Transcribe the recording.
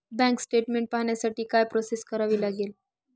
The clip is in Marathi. बँक स्टेटमेन्ट पाहण्यासाठी काय प्रोसेस करावी लागेल?